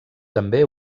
també